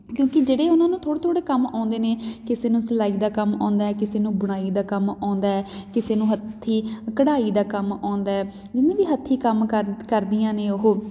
ਕਿਉਂਕਿ ਜਿਹੜੇ ਉਹਨਾਂ ਨੂੰ ਥੋੜ੍ਹਾ ਥੋੜ੍ਹਾ ਕੰਮ ਆਉਂਦੇ ਨੇ ਕਿਸੇ ਨੂੰ ਸਿਲਾਈ ਦਾ ਕੰਮ ਆਉਂਦਾ ਕਿਸੇ ਨੂੰ ਬੁਣਾਈ ਦਾ ਕੰਮ ਆਉਂਦਾ ਕਿਸੇ ਨੂੰ ਹੱਥੀਂ ਕਢਾਈ ਦਾ ਕੰਮ ਆਉਂਦਾ ਜਿਹਨੇ ਵੀ ਹੱਥੀਂ ਕੰਮ ਕਰ ਕਰਦੀਆਂ ਨੇ ਉਹ